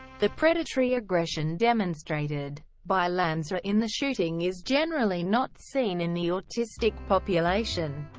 the predatory aggression demonstrated by lanza in the shooting is generally not seen in the autistic population.